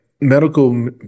medical